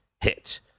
hit